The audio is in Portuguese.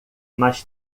mas